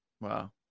Wow